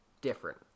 different